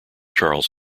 charles